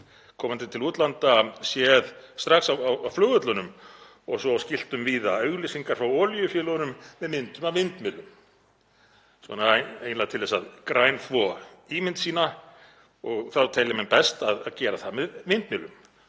komandi til útlanda séð strax á flugvellinum og svo á skiltum víða auglýsingar frá olíufélögunum með myndum af vindmyllum, svona eiginlega til að grænþvo ímynd sína og þá telja menn best að gera það með vindmyllum.